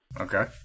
okay